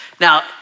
Now